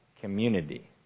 community